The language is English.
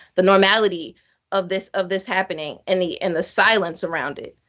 the normality of this of this happening and the and the silence around it.